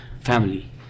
family